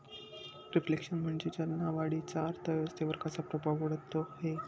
Reflation म्हणजे चलन वाढीचा अर्थव्यवस्थेवर कसा प्रभाव पडतो है?